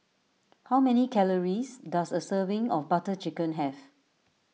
how many calories does a serving of Butter Chicken have